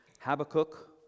Habakkuk